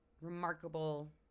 remarkable